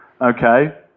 Okay